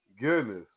Goodness